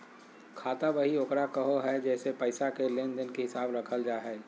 खाता बही ओकरा कहो हइ जेसे पैसा के लेन देन के हिसाब रखल जा हइ